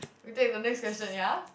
we take the next question ya